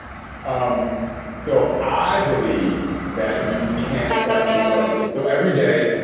um so i believe that you can't start too early. so every day,